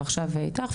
ועכשיו איתך.